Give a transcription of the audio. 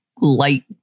light